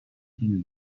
henüz